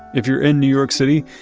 if you're in new york city,